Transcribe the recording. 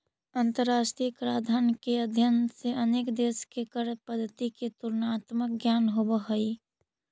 अंतरराष्ट्रीय कराधान के अध्ययन से अनेक देश के कर पद्धति के तुलनात्मक ज्ञान होवऽ हई